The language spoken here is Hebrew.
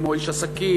כמו איש עסקים,